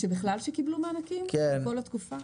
שבכלל שקיבלו מענקים בכל התקופה?